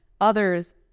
others